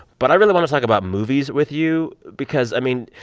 but i really want to talk about movies with you because, i mean,